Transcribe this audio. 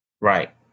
right